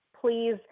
Please